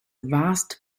vast